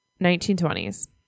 1920s